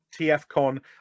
TFCon